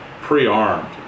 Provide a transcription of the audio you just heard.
pre-armed